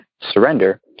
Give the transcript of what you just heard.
surrender